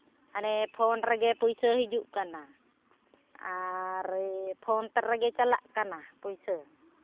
ᱦᱟᱱᱮ ᱯᱷᱳᱱ ᱨᱮᱜᱮ ᱯᱩᱭᱥᱟᱹ ᱦᱤᱡᱩᱜ ᱠᱟᱱᱟ ᱟᱨ ᱯᱷᱳᱱ ᱨᱮᱜᱮ ᱪᱟᱞᱟᱜ ᱠᱟᱱᱟ ᱯᱩᱭᱥᱟᱹ